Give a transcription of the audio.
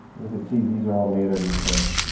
you can see these are all made of these curves.